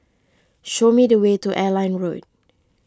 show me the way to Airline Road